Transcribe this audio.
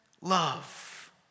love